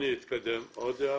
אני מהתאחדות בוני הארץ.